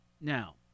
Now